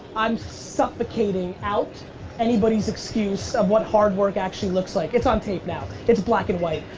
i'm suffocating out anybody's excuse of what hard work actually looks like, it's on tape now, it's black and white.